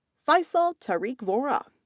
faisal tariq vora,